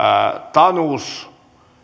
tanus